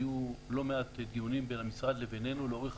היו לא מעט דיונים בין המשרד לבינינו לאורך